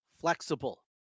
flexible